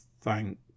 thank